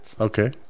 Okay